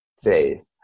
faith